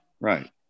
Right